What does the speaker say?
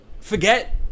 forget